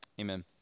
Amen